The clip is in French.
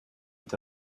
est